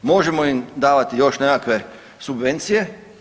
Možemo im davati još nekakve subvencije.